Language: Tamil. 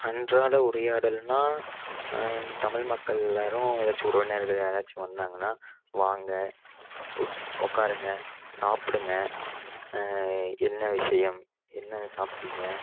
அன்றாட உரையாடல்ன்னா தமிழ் மக்கள் எல்லாரும் எதாச்சும் உறவினர்கள் யாராச்சும் வந்தாங்கன்னா வாங்க உட் உட்காருங்க சாப்பிடுங்க என்ன விஷயம் என்ன சாப்பிடிங்க